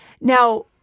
Now